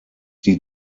die